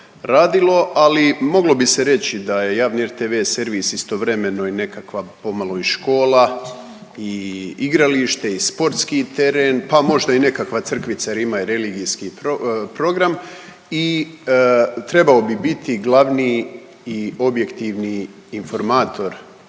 radilo, ali moglo bi se reći da je javni rtv servis istovremeno i nekakva pomalo i škola i igralište i sportski teren, pa možda i nekakva crkvica jer ima i religijski program i trebao bi biti glavni i objektivni informator